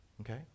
Okay